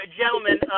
gentlemen